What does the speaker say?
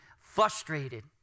frustrated